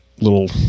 little